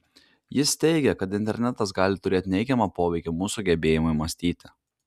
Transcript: jis teigia kad internetas gali turėti neigiamą poveikį mūsų gebėjimui mąstyti